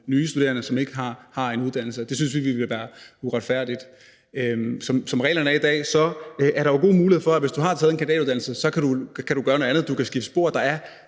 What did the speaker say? nye studerende, som ikke har en uddannelse. Og det synes vi ville være uretfærdigt. Som reglerne er i dag, er der jo god mulighed for, at hvis man har taget en kandidatuddannelse, kan man gøre noget andet, man kan skifte spor.